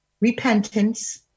repentance